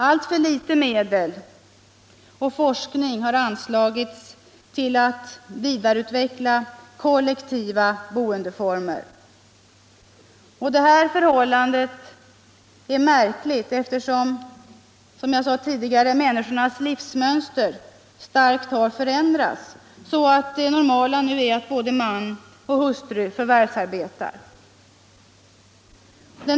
Alltför litet medel och forskning har satsats på att vidareutveckla kollektiva boendeformer. Detta förhållande är märkligt eftersom — som jag påpekade tidigare — människors livsmönster starkt har förändrats så att det normala nu är att både man och hustru förvärvsarbetar.